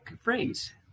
phrase